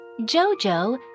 Jojo